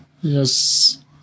Yes